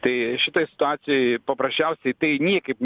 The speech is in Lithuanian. tai šitoj situacijoj paprasčiausiai tai niekaip